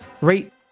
rate